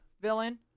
villain